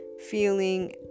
feeling